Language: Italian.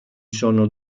sono